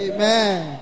Amen